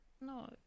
No